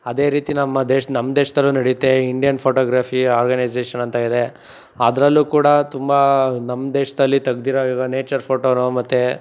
ಅದೇ ರೀತಿ ನಮ್ಮ ದೇಶ ನಮ್ಮ ದೇಶದಲ್ಲೂ ನಡೆಯುತ್ತೆ ಇಂಡಿಯನ್ ಫೋಟೋಗ್ರಾಫಿ ಆರ್ಗನೈಝೇಶನ್ ಅಂತ ಇದೆ ಅದರಲ್ಲೂ ಕೂಡ ತುಂಬ ನಮ್ಮ ದೇಶದಲ್ಲಿ ತೆಗ್ದಿರೋ ಇವಾಗ ನೇಚರ್ ಫೋಟೋನೋ ಮತ್ತು